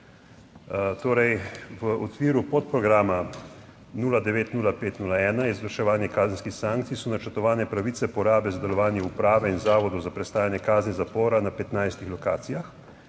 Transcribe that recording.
v okviru podprograma 090501 - Izvrševanje kazenskih sankcij so načrtovane pravice porabe za delovanje uprave in zavodov za prestajanje kazni zapora na 15 lokacijah.